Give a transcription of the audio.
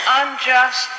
unjust